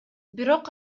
бирок